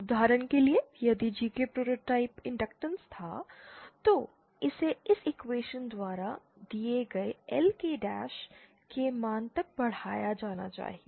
उदाहरण के लिए यदि GK प्रोटोटाइप इंडक्टर्नस था तो इसे इस इक्वेशन द्वारा दिए गए LK डैश के मान तक बढ़ाया जाना चाहिए